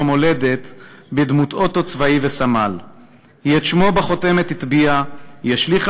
מולדת בדמות אוטו צבאי וסמל.// היא את שמו בחותמת הטביעה,/ היא השליכה